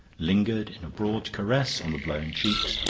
lingered in a broad caress on the blown cheeks,